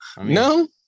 No